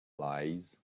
lies